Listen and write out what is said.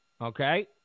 Okay